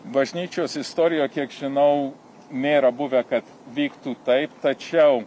bažnyčios istorijoj kiek žinau nėra buvę kad vyktų taip tačiau